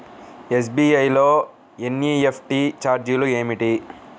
SBI లో NEFT ఛార్జీలు ఏమిటి?